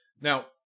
Now